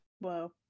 Wow